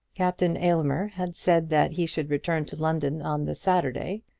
captain aylmer had said that he should return to london on the saturday,